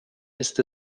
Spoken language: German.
ist